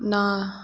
நா